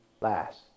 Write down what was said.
last